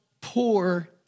poor